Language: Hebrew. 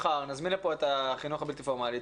נזמין לכאן את נציגי החינוך הבלתי פורמלי,